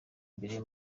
mbere